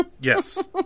Yes